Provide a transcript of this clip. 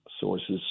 sources